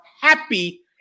happy